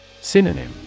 Synonym